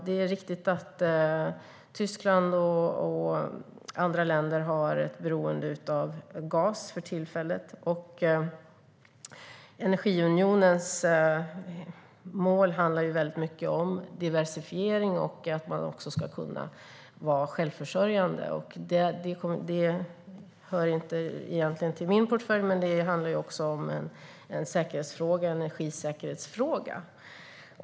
Det är riktigt att Tyskland och andra länder har ett beroende av gas för tillfället. Energiunionens mål handlar väldigt mycket om diversifiering och att man ska kunna vara självförsörjande. Det hör egentligen inte till min portfölj. Men det är också en energisäkerhetsfråga.